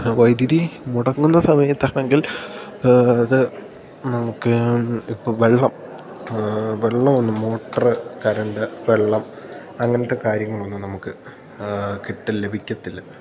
വൈദ്യുതി മുടങ്ങുന്ന സമയത്താണെങ്കിൽ അത് നമുക്ക് ഇപ്പോള് വെള്ളം വെള്ളം ഒന്ന് മോട്ടോര് കറന്റ് വെള്ളം അങ്ങനത്തെ കാര്യങ്ങളൊന്നും നമുക്ക് ലഭിക്കത്തില്ല